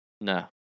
No